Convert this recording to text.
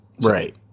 Right